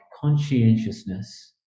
conscientiousness